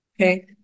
Okay